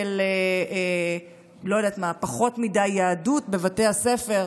של פחות מדי יהדות בבתי הספר,